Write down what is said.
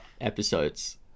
episodes